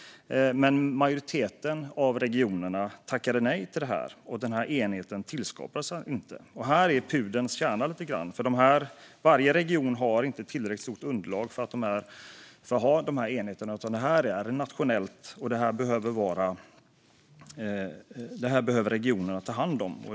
Men majoriteten av regionerna tackade nej, och den här enigheten tillskapades inte. Här är pudelns kärna lite grann. Varje region har inte tillräckligt stort underlag för att ha de här enheterna, utan det här är nationellt. Regionerna behöver ta hand om det.